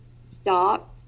stopped